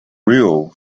real